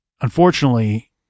Unfortunately